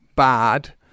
bad